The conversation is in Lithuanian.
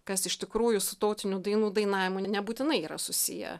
kas iš tikrųjų su tautinių dainų dainavimu nebūtinai yra susiję